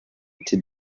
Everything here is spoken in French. été